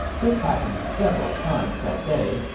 this happened several times that day,